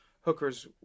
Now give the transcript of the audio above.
hookers